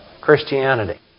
Christianity